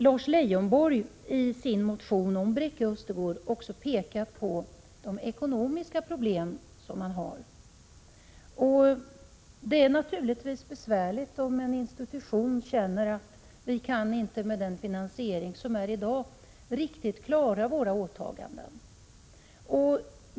Lars Leijonborg har i sin motion om Bräcke Östergård också pekat på de ekonomiska problem som man har där. Det är naturligtvis besvärligt om man på en institution känner att man med dagens finansiering inte riktigt kan klara sina åtaganden.